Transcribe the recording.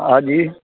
હાજી